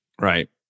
Right